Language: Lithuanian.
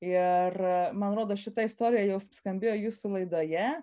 ir man rodos šita istorija jau skambėjo jūsų laidoje